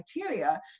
criteria